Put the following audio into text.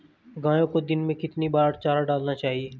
गाय को दिन में कितनी बार चारा डालना चाहिए?